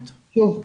שוב,